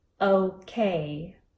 okay